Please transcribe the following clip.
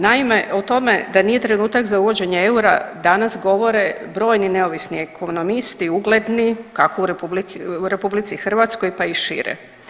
Naime, o tome da nije trenutak za uvođenje eura danas govore brojni neovisni ekonomisti, ugledni kako u RH pa i šire.